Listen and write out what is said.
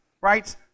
right